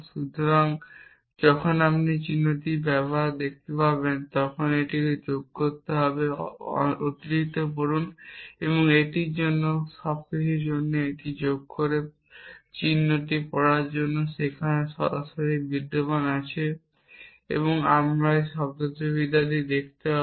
সুতরাং যখন আপনি এই চিহ্নটি দেখতে পাবেন তখন এটি যোগ করতে হবে অতিরিক্ত পড়ুন এটি সব কিছুর জন্য এটি যোগ করে চিহ্নটি পড়ার জন্য সেখানে সরাসরি বিদ্যমান আছে আমরা এটির শব্দার্থবিদ্যা দেখতে পাব